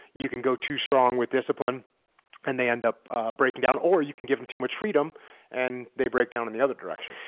you can go too strong with discipline and they end up breaking down, or you can give them too much freedom and they break down in the other direction.